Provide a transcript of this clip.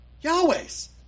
Yahweh's